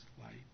light